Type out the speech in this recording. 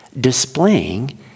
displaying